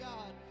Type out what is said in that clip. God